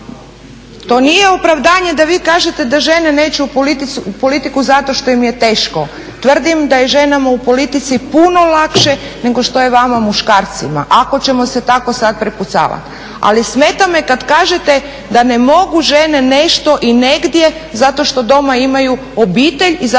To nije opravdanje da vi kažete da žene neće u politiku zato što im je teško. Tvrdim da je ženama u politici puno lakše nego što je vama muškarcima, ako ćemo se tako sad prepucavati. Ali smeta me kad kažete da ne mogu žene nešto i negdje zato što doma imaju obitelj i zato što doma